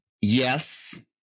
Yes